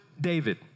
David